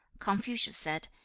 confucius said,